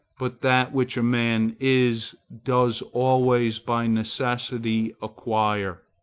but that which a man is, does always by necessity acquire,